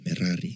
Merari